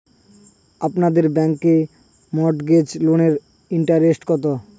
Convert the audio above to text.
আপনাদের ব্যাংকে মর্টগেজ লোনের ইন্টারেস্ট কত?